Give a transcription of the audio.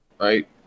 right